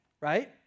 right